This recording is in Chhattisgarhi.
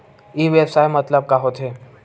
ई व्यवसाय मतलब का होथे?